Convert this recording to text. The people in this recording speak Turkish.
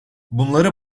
bunları